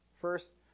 First